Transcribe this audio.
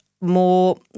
more